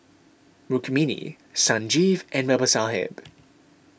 Rukmini Sanjeev and Babasaheb